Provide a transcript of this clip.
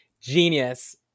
Genius